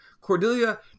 Cordelia